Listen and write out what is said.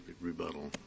rebuttal